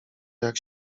jak